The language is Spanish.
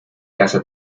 casa